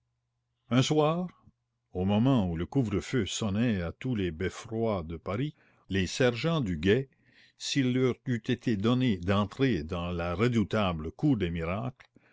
un soir au moment où le couvre-feu sonnait à tous les beffrois de paris les sergents du guet s'il leur eût été donné d'entrer dans la redoutable cour des miracles